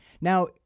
Now